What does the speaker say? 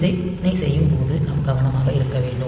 இதனை செய்யும் போது நாம் கவனமாக இருக்க வேண்டும்